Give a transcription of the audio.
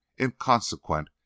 inconsequent